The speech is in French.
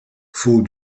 font